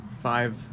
five